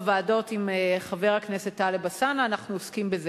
גם בוועדות עם חבר הכנסת טלב אלסאנע אנחנו עוסקים בזה,